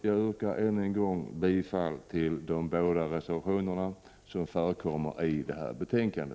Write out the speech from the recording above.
Jag yrkar än en gång bifall till de båda reservationer som fogats till detta betänkande.